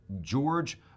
George